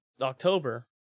October